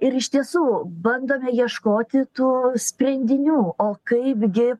ir iš tiesų bandome ieškoti tų sprendinių o kaipgi